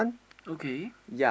okay